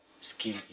skill